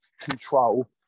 control